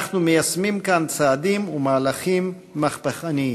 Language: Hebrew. אנחנו מיישמים כאן צעדים ומהלכים מהפכניים,